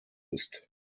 ist